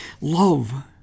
Love